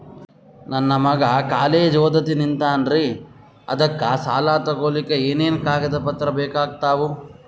ನನ್ನ ಮಗ ಕಾಲೇಜ್ ಓದತಿನಿಂತಾನ್ರಿ ಅದಕ ಸಾಲಾ ತೊಗೊಲಿಕ ಎನೆನ ಕಾಗದ ಪತ್ರ ಬೇಕಾಗ್ತಾವು?